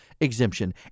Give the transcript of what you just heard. exemption